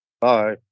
Bye